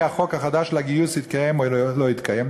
החוק החדש של הגיוס יתקיים או לא יתקיים.